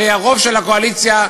הרי הרוב של הקואליציה,